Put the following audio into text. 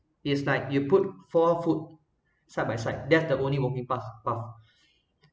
it's like you put four foot side by side that's the only walking path path